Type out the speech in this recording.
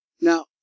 Now